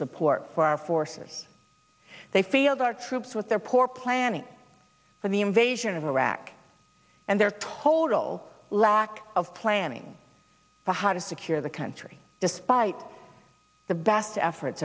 support for our forces they field our troops with their poor planning for the invasion of iraq and their total lack of planning for how to secure the country despite the best efforts